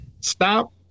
stop